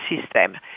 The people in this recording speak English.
system